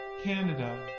Canada